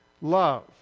love